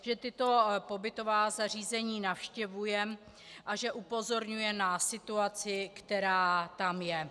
Že tato pobytová zařízení navštěvuje a že upozorňuje na situaci, která tam je.